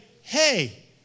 Hey